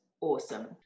awesome